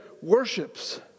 worships